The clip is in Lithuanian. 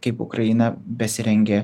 kaip ukraina besirengia